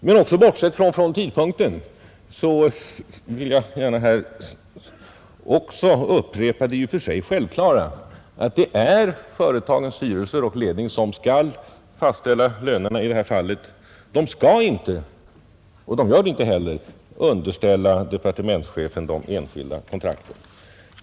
Men också bortsett från tidpunkten vill jag gärna här understryka det i och för sig självklara förhållandet att det är företagens styrelser och ledning som skall fastställa lönerna. De skall inte — och de gör det inte heller — underställa departementschefen de enskilda kontrakten.